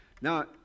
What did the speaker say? Now